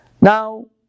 Now